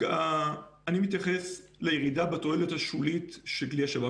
אני מתייחס לירידה בתועלת השולית של כלי השב"כ.